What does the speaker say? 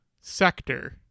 sector